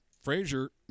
Frazier